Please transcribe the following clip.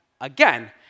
again